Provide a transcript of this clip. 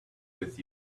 with